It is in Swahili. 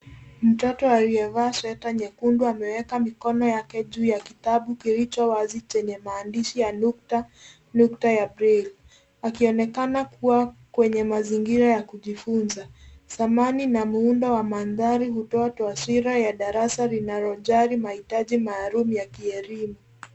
Mtoto aliyevaa sweta nyekundu, ameweka mikono yake juu ya kitabu kilicho wazi chenye maandishi ya nukta, nukta ya breli, akionekana kuwa kwenye mazingira ya kujifunza. Samani na muundo wa mandhari hutoa taswira ya darasa linalojali mahitaji maalum ya kielimu.